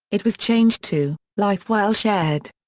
it was changed to life well shared.